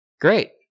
great